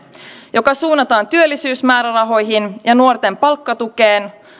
joka suunnataan työllisyysmäärärahoihin ja nuorten palkkatukeen